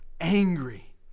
Angry